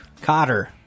Cotter